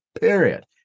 period